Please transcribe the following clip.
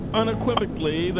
unequivocally